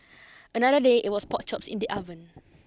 another day it was pork chops in the oven